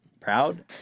proud